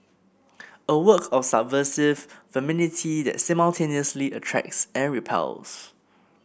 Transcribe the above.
a work of subversive femininity that simultaneously attracts and repels